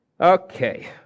Okay